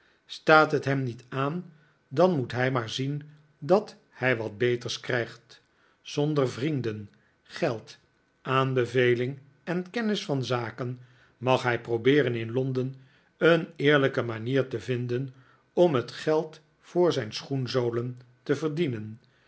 staat t hem niet aan dan moet hij maar zien dat hij wat beters krijgt zonder vrienden geld aanbeveling en kennis van zaken mag hij probeeren in londen een eerlijke manier te vinden om het geld voor zijn schoenzolen te verdienen